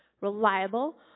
reliable